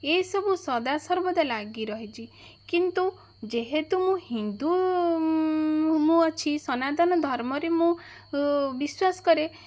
ଏଇ ସବୁ ସଦାସର୍ବଦା ଲାଗି ରହିଛି କିନ୍ତୁ ଯେହେତୁ ମୁଁ ହିନ୍ଦୁ ମୁଁ ଅଛି ସନାତନ ଧର୍ମରେ ମୁଁ ବିଶ୍ୱାସ କରେ